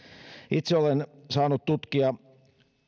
itse olen saanut tutkia